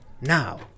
Now